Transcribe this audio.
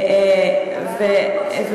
אבל אנחנו מקשיבים.